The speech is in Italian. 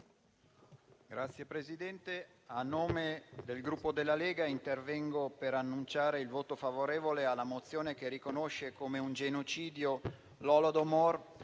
Signor Presidente, a nome del Gruppo Lega intervengo per annunciare il voto favorevole alla mozione che riconosce come un genocidio l'Holodomor,